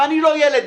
ואני לא ילד,